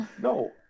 no